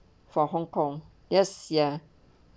for hongkong yes ya